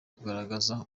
kugaragaza